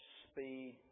speed